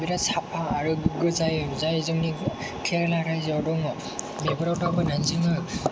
बेराद साफा आरो गोजाय गुजाय जोंनि केरेला रायजोआव दङ बेफोराव दावबायनायजोंनो